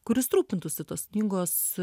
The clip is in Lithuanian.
kuris rūpintųsi tos knygos